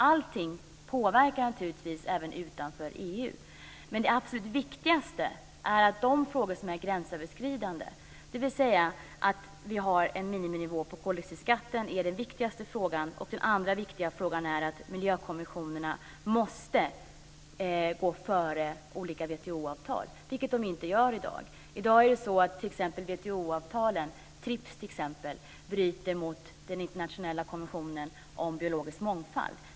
Allting påverkar naturligtvis, även utanför EU. Men det absolut viktigaste är sådant som är gränsöverskridande - dvs. att vi har en miniminivå på koldioxidskatten - är viktigast. En annan viktig fråga är att miljökonventionerna måste gå före olika WTO-avtal, vilket de inte gör i dag. I dag är det så att exempelvis WTO-avtalen, t.ex. TRIPS, bryter mot den internationella konventionen om biologisk mångfald.